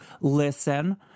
listen